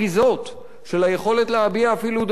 של היכולת להביע אפילו דעות מקוממות